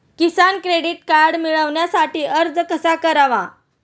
किसान credit card मिळवण्यासाठी अर्ज कसा करावा?